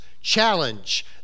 challenge